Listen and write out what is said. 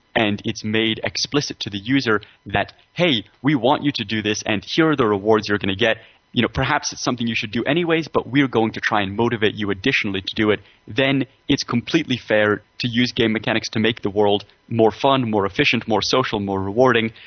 and it's made explicit to the user that, hey, we want you to do this and here are the rewards you're going to get you know perhaps it's something you should do anyways, but we're going to try to and motivate you additionally to do it then it's completely fair to use game mechanics to make the world more fun, more efficient, more social, more rewarding.